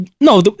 No